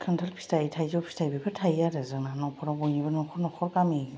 खान्थाल फिथाय थाइजौ फिथाय बेफोर थायो आरो जोंनि न'खरआव बयनिबो न'खर न'खर गामिफ्राव